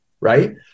right